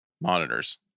monitors